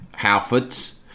Halfords